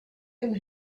and